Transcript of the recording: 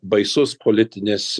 baisus politinis